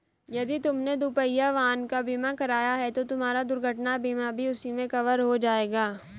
यदि तुमने दुपहिया वाहन का बीमा कराया है तो तुम्हारा दुर्घटना बीमा भी उसी में कवर हो जाएगा